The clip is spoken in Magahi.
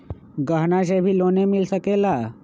गहना से भी लोने मिल सकेला?